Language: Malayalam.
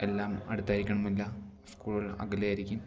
എല്ലാം അടുത്തായിരിക്കണമെന്നില്ല സ്കൂളുകൾ അകലെ ആയിരിക്കും